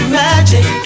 magic